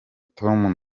tom